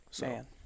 Man